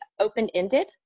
open-ended